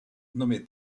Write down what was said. nommé